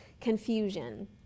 confusion